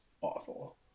awful